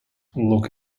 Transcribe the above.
look